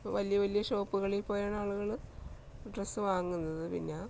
വലിയ വലിയ ഷോപ്പുകളിൽ പോയാണ് ആളുകൾ ഡ്രസ്സ് വാങ്ങുന്നത് പിന്നെ